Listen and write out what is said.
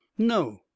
No